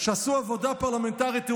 שעשו עבודה פרלמנטרית ראויה,